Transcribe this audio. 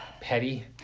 petty